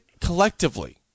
collectively